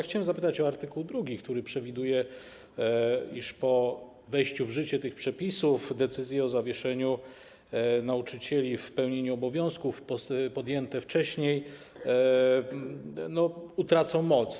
Chciałem zapytać o art. 2, który przewiduje, iż po wejściu w życie tych przepisów decyzje o zawieszeniu nauczycieli w pełnieniu obowiązków podjęte wcześniej utracą moc.